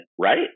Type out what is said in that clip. right